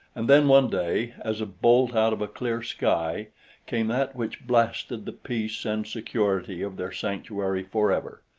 and then one day as a bolt out of a clear sky came that which blasted the peace and security of their sanctuary forever.